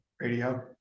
radio